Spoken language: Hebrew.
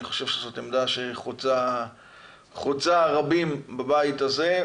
אני חושב שזאת עמדה שחוצה רבים בבית הזה,